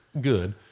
Good